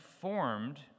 formed